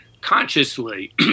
consciously